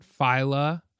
phyla